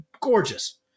gorgeous